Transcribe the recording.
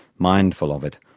mindful of it,